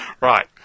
Right